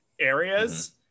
areas